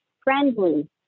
friendly